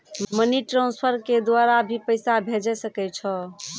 Money transfer के द्वारा भी पैसा भेजै सकै छौ?